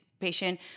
patient